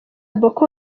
boko